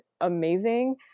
amazing